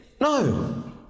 No